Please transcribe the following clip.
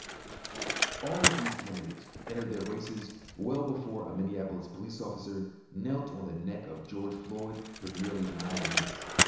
all of these candidates entered their races well before a minneapolis police officer knelt on the neck of george floyd for nearly nine minutes,